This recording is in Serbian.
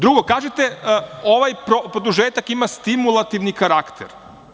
Drugo, kažete ovaj produžetak ima stimulativan karakter.